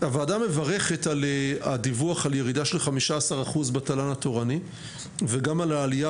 הוועדה מברכת על הדיווח על ירידה של 15% בתל"ן התורני וגם על העלייה